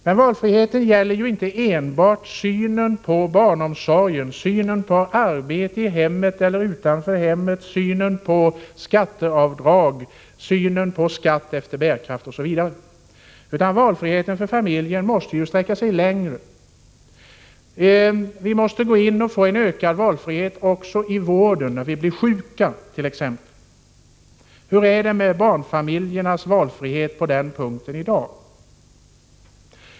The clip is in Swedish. Men valfriheten gäller ju inte enbart barnomsorgen, arbete i eller utanför hemmet samt synen på skatteavdrag och på principen skatt efter bärkraft, utan valfriheten för familjerna måste ju sträcka sig längre. Vi måste också få en ökad valfrihet i vården, t.ex. sjukvården. Hur är det med barnfamiljernas valfrihet på den punkten i dag?